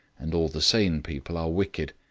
and all the sane people are wicked.